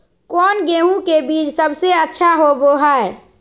कौन गेंहू के बीज सबेसे अच्छा होबो हाय?